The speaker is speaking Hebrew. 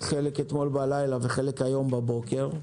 חלק אתמול בלילה וחלק היום בבוקר.